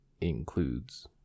includes